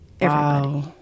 Wow